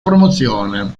promozione